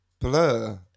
Blur